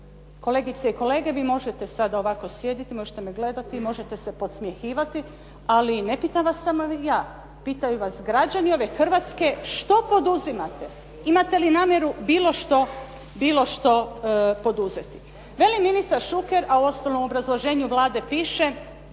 Kolegice i kolege, vi možete sada ovako sjediti i možete me gledati, možete se podsmjehivati, ali ne pitam vas samo ja, pitaju vas građani ove Hrvatske što poduzimate? Imate li namjeru bilo što poduzeti. Veli ministar Šuker, a uostalom u obrazloženju Vlade piše